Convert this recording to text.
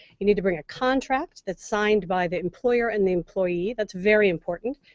you need to bring a contract that's signed by the employer and the employee. that's very important.